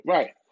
Right